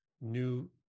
new